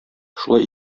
шулай